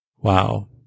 Wow